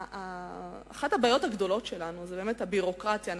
שאחת הבעיות הגדולות שלנו היא הביורוקרטיה.